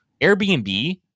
Airbnb